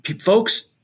folks